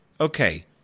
okay